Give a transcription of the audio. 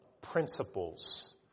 principles